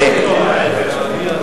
ההיפך.